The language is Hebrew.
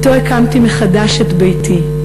אתו הקמתי מחדש את ביתי,